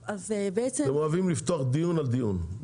אתם אוהבים לפתוח דיון על דיון.